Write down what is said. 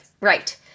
Right